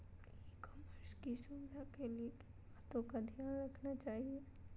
ई commerce की सुरक्षा के लिए किन बातों का ध्यान रखना चाहिए?